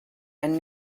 and